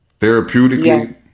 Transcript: Therapeutically